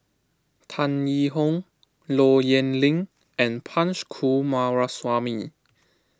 Tan Yee Hong Low Yen Ling and Punch Coomaraswamy